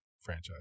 franchise